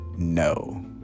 No